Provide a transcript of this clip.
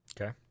Okay